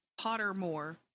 Pottermore